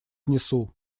внесу